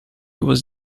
was